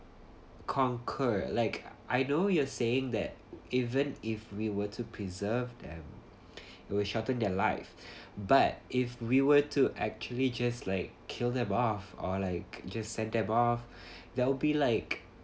concur like I know you're saying that even if we were to preserve them it will shorten their lives but if we were to actually just like kill them off or like just sent them off that'll be like